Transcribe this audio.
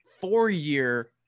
four-year